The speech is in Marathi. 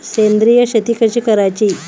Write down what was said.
सेंद्रिय शेती कशी करायची?